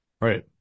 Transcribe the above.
right